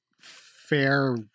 fair